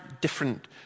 different